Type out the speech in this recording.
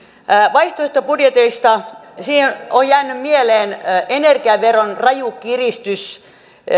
vaihtoehtobudjeteista on jäänyt mieleen energiaveron raju kiristys